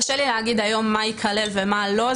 קשה לי להגיד היום מה ייכלל ומה לא,